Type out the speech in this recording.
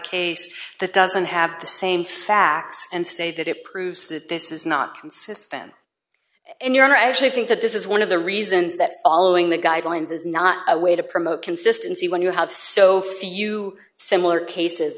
case that doesn't have the same facts and say that it proves that this is not consistent and your honor i actually think that this is one of the reasons that following the guidelines is not a way to promote consistency when you have so few similar cases